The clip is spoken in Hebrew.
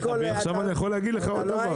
אני יכול להגיד לך עוד משהו,